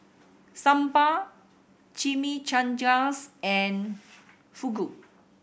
Sambar Chimichangas and Fugu